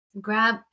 grab